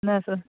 nurse